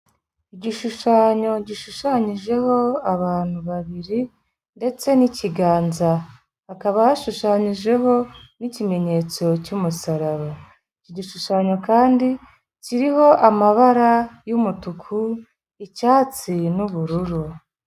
Igishushanyo gishushanyijeho abantu babiri ndetse n'ikiganza. Hakaba hashushanyijeho n'ikimenyetso cy'umusaraba. Iki gishushanyo kandi kiriho amabara y'umutuku, icyatsi n'ubururu.